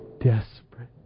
desperate